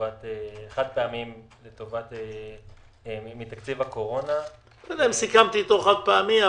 חד-פעמיים שיוקצו מתקציב הקורונה -- לא יודע אם סיכמתי אותו חד-פעמי,